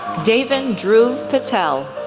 daiven dhruv patel,